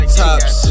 tops